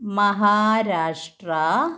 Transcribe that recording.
Maharashtra